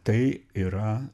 tai yra